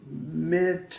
mid